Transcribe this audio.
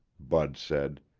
bud said.